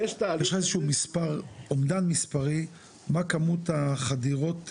יש לך אומדן מספרי מה כמות החדירות,